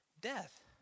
death